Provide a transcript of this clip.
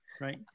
right